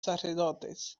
sacerdotes